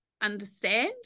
understand